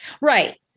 Right